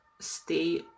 Stay